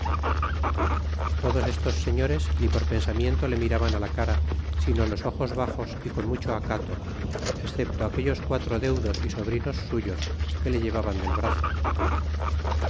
todos estos señores ni por pensamiento le miraban á la cara sino los ojos baxos é con mucho acato excepto aquellos quatro deudos y sobrinos suyos que le llevaban del brazo